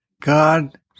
God